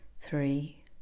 three